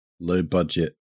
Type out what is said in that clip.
low-budget